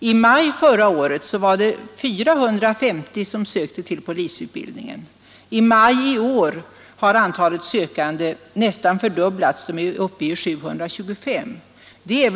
I maj förra året sökte 450 personer till polisutbildningen, och i maj i år var antalet sökande nä antalet var då uppe i 725. Det är v senaste tiden!